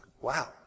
Wow